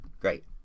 great